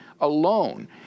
alone